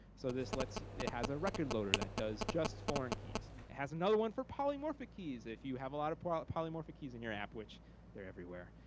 so this let's, it has a record loader that does just foreign keys. it has another one for polymorphic keys. if you have a lot of ah polymorphic keys in your app, which they're everywhere.